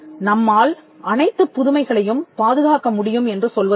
நம்மால் அனைத்துப் புதுமைகளையும் பாதுகாக்க முடியும் என்று சொல்வதில்லை